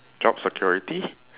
job security